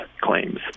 claims